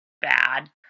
bad